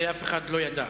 את זה אף אחד לא ידע.